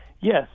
Yes